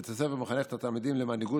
בית הספר מחנך את התלמידים למנהיגות,